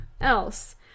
else